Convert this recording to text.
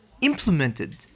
implemented